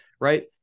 right